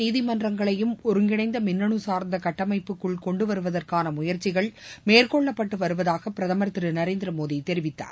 நீதிமன்றங்களையும் ஒருங்கிணைந்த மின்னனு அனைத்து கொன்டுவருவதற்கான முயற்சிகள் மேற்கொள்ளப்பட்டு வருவதாக பிரதமா் திரு நரேந்திர மோடி தெரிவித்தார்